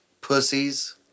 pussies